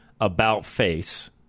about-face